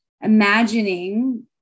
imagining